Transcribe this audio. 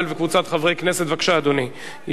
ההצבעה הבאה היא על הצעתם של חברי הכנסת מקלב ומשה גפני,